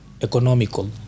economical